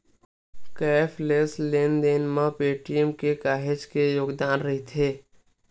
cashless लेन देन म पेटीएम के काहेच के योगदान रईथ